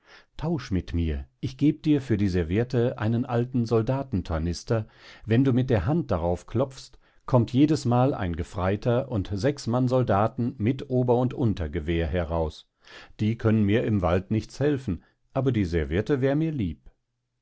tausch mit mir ich geb dir für die serviette einen alten soldatentornister wenn du mit der hand darauf klopfst kommt jedesmal ein gefreiter und sechs mann soldaten mit ober und untergewehr heraus die können mir im wald nichts helfen aber die serviette wär mir lieb